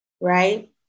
right